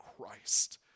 Christ